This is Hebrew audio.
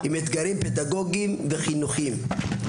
עם אתגרים פדגוגיים וחינוכיים.